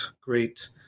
great